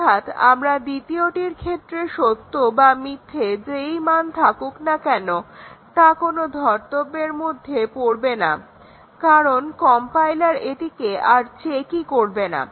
অর্থাৎ আমরা দ্বিতীয়টির ক্ষেত্রে সত্য বা মিথ্যা যে মানই নিই না কেনো তা কোনো ধর্তব্যের মধ্যে পড়বে না কারণ কম্পাইলার এটিকে আর চেকই করবে না